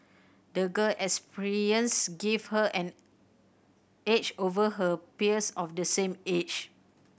the girl experience gave her an edge over her peers of the same age